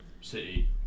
City